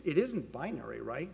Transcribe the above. it isn't binary right